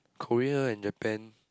Korea and Japan